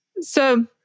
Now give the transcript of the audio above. So-